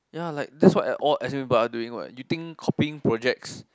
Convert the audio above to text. ya like that's what at all s_m_U people are doing what you think copying projects